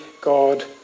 God